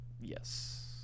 Yes